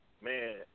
man